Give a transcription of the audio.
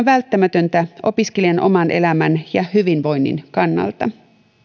välttämätöntä opiskelijan oman elämän ja hyvinvoinnin kannalta